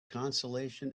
consolation